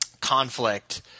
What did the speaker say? conflict